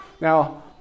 Now